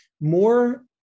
more